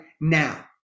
now